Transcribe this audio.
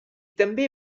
també